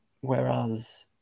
Whereas